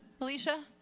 Alicia